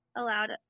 allowed